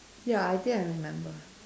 ya I think I remember